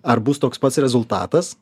ar bus toks pats rezultatas